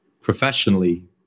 professionally